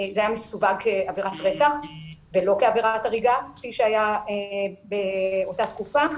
זה היה מסווג כעבירת רצח ולא כעבירת הריגה כפי שהיה באותה תקופה